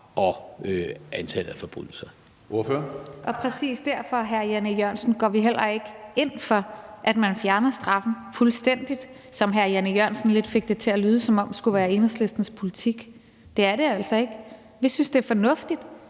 Kl. 12:16 Rosa Lund (EL): Præcis derfor, hr. Jan E. Jørgensen, går vi heller ikke ind for, at man fjerner straffen fuldstændig, hvilket hr. Jan E. Jørgensen lidt fik det til at lyde som om skulle være Enhedslistens politik. Det er det altså ikke. Vi synes, det er fornuftigt,